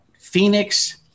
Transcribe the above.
Phoenix